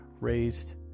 raised